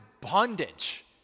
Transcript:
bondage